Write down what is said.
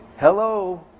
Hello